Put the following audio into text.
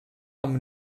amb